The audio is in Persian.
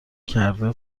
کرده